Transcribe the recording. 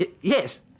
Yes